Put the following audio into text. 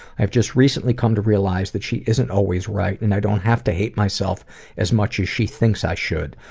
i just recently come to realize that she isn't always right and i don't have to hate myself as much as she thinks i should.